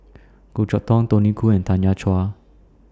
Goh Chok Tong Tony Khoo and Tanya Chua